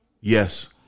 Yes